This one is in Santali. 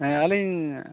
ᱦᱮᱸ ᱟᱹᱞᱤᱧ